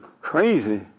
crazy